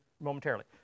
momentarily